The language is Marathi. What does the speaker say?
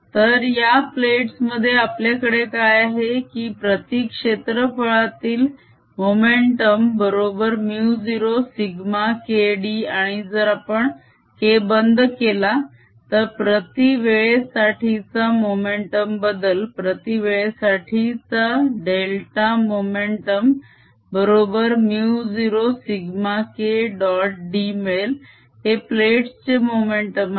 तर या प्लेट्स मध्ये आपल्याकडे काय आहे की प्रती क्षेत्रफळातील मोमेंटम बरोबर μ0σKd आणि जर आपण K बंद केला तर प्रती वेळेसाठीचा मोमेंटम बदल प्रती वेळेसाठीच डेल्टा मोमेंटम बरोबर μ0σK डॉट d मिळेल हे प्लेट्स चे मोमेंटम आहे